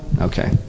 okay